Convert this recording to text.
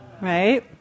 Right